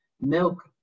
milk